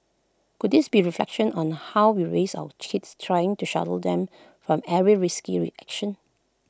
could this be reflection on how we raise our cheats trying to shelter them from every risky reaction